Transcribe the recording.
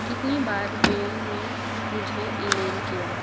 कितनी बार बेन ने मुझे ईमेल किया